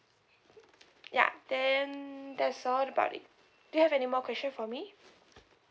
ya then that's all about it do you have anymore question for me